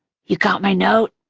you got my note?